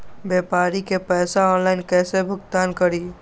व्यापारी के पैसा ऑनलाइन कईसे भुगतान करी?